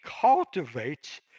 cultivates